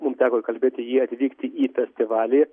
mum teko įkalbėti jį atvykti į festivalį